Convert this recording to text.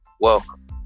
welcome